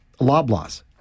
Loblaws